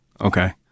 Okay